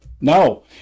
No